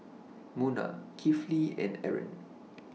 Munah Kifli and Aaron